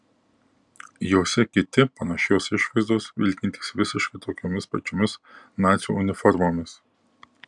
jose kiti panašios išvaizdos vilkintys visiškai tokiomis pačiomis nacių uniformomis